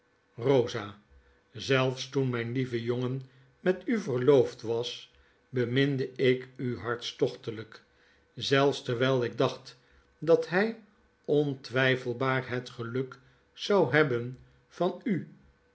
rosa zelfs toen mijn lieve jongen met u verloofd was beminde ik u hartstochtelyk zelfs terwyl ik dacht dat hy ontwijfelbaar het geluk zou hebben van u